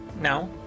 No